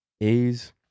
A's